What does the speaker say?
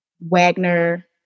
Wagner